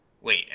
Wait